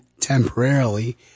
temporarily